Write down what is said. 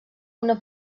una